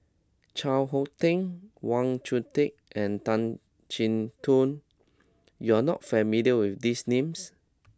Chao Hick Tin Wang Chunde and Tan Chin Tuan you are not familiar with these names